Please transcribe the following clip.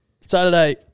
Saturday